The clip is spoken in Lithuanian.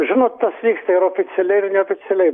žinot tas vyksta ir oficialiai ir neoficialiai